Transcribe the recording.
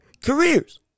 careers